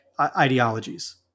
ideologies